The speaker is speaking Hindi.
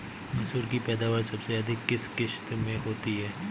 मसूर की पैदावार सबसे अधिक किस किश्त में होती है?